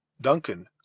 Duncan